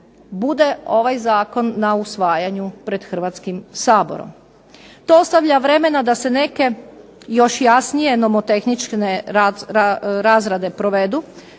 bude ovaj zakon na usvajanju pred Hrvatskim saborom. To ostavlja vremena da se neke još jasnije nomotehnične razrade provedu.